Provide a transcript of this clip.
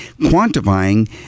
quantifying